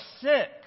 sick